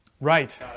Right